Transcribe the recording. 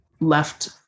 left